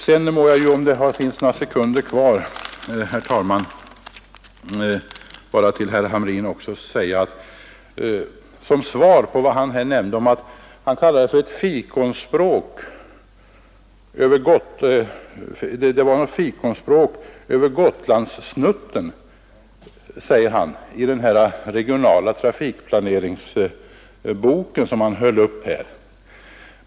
Sedan vill jag, om det finns några sekunder kvar, herr talman, också säga några ord till herr Hamrin som svar på det han sade om ett ”fikonspråk om Gotlandssnutten” i den bok om regional trafikplanering som han höll upp.